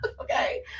Okay